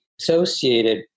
associated